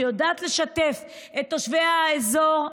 שיודעת לשתף את תושבי האזור,